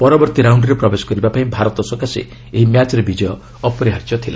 ପରବର୍ତ୍ତି ରାଉଣରେ ପ୍ରବେଶ କରିବା ପାଇଁ ଭାରତ ସକାଶେ ଏହି ମ୍ୟାଚ୍ରେ ବିଜୟ ଅପରିହାର୍ଯ୍ୟ ଥିଲା